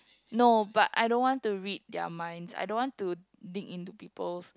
no but I don't want to read their minds I don't want to dig into people's